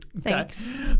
Thanks